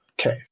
Okay